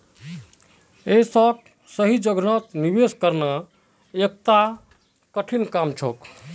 ऐसाक सही जगह निवेश करना एकता कठिन काम छेक